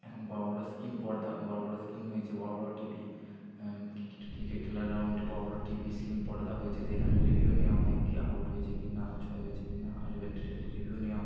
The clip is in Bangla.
এখন বড় বড় স্ক্রীন পর্দা বড় বড় স্ক্রীন হয়েছে বড় বড় টিভি ক্রিকেট ক্রিকেট খেলার গ্রাউন্ডে বড় বড় টিভি স্ক্রীন পর্দা হয়েছে যেখানে রিভিউ নেওয়া হয় কে আউট হয়েছে কি না আউট হয়ে গেছে কি না আর রিভেন্ট রিভিউ নেওয়া হয়